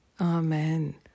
Amen